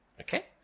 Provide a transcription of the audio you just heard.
Okay